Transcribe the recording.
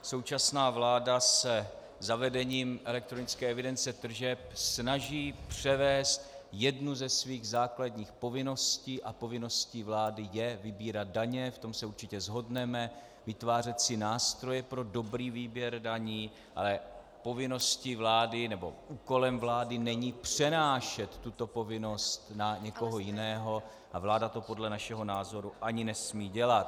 Současná vláda se zavedením elektronické evidence tržeb snaží převést jednu ze svých základních povinností a povinností vlády je vybírat daně, v tom se určitě shodneme, vytvářet si nástroje pro dobrý výběr daní, ale úkolem vlády není přenášet tuto povinnost na někoho jiného a vláda to podle našeho názoru ani nesmí dělat.